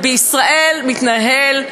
אבל בישראל מתנהל ג'ונגל,